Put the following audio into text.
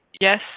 yes